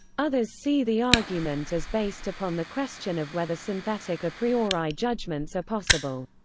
others see the argument as based upon the question of whether synthetic a priori judgments are possible.